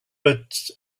but